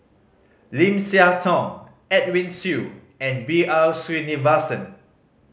Lim Siah Tong Edwin Siew and B R Sreenivasan